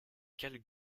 quelle